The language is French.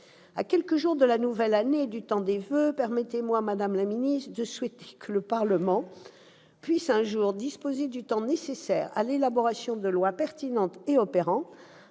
À quelques jours de la nouvelle année et du temps des voeux, permettez-moi, madame la ministre, de souhaiter que le Parlement puisse un jour disposer du temps nécessaire à l'élaboration de lois pertinentes et opérantes,